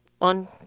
on